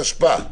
התשפ"א,